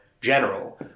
general